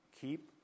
keep